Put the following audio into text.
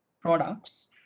products